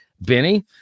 Benny